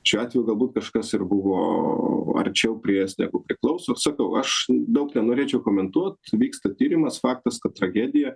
šiuo atveju galbūt kažkas ir buvo arčiau priėjęs negu klauso sakau aš daug nenorėčiau komentuot vyksta tyrimas faktas kad tragedija